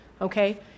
okay